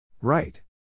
right